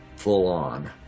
full-on